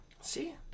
See